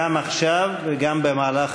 גם עכשיו וגם במהלך